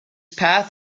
path